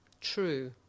True